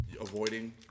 avoiding